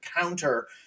counter